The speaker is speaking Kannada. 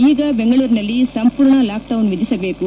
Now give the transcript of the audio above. ಈಗ ಬೆಂಗಳೂರಿನಲ್ಲಿ ಸಂಪೂರ್ಣ ಲಾಕ್ಡೌನ್ ವಿಧಿಸಬೇಕು